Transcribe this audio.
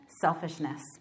selfishness